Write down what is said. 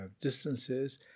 distances